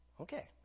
Okay